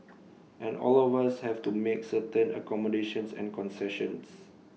and all of us have to make certain accommodations and concessions